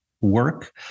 work